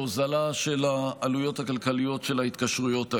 להוזלה של העלויות הכלכליות של ההתקשרויות האלה.